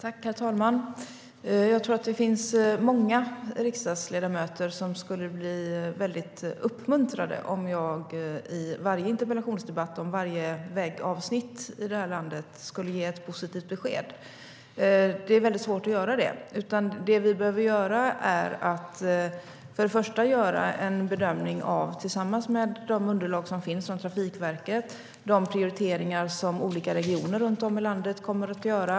Herr talman! Jag tror att det finns många riksdagsledamöter som skulle bli uppmuntrade om jag i varje interpellationsdebatt om varje vägavsnitt i det här landet skulle ge ett positivt besked. Det är väldigt svårt att göra det. Det vi först och främst behöver göra är en bedömning baserad på de underlag som finns från Trafikverket tillsammans med de prioriteringar som olika regioner runt om i landet kommer att göra.